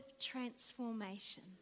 transformation